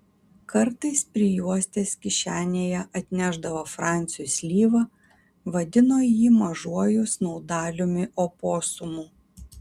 kartais prijuostės kišenėje atnešdavo fransiui slyvą vadino jį mažuoju snaudaliumi oposumu